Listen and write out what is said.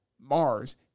Mars